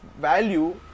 value